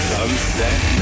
Sunset